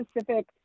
specific